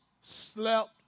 slept